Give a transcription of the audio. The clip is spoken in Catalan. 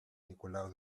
nicolau